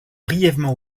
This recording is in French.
brièvement